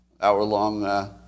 hour-long